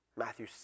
Matthew